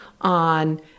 on